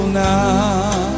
now